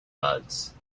bugs